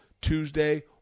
Tuesday